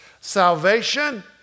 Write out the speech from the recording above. salvation